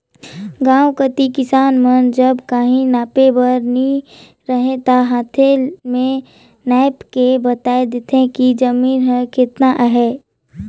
गाँव कती किसान मन जग काहीं नापे बर नी रहें ता हांथे में नाएप के बताए देथे कि जमीन हर केतना अहे